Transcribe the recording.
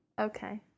Okay